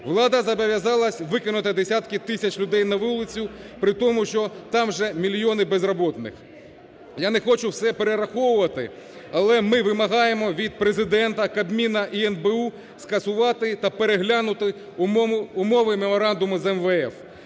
Влада зобов'язалась викинути десятки тисяч людей на вулицю, при тому, що там вже мільйони безробітних. Я не хочу все перераховувати, але ми вимагаємо від Президента, Кабміну і НБУ скасувати та переглянути умови меморандуму з МВФ.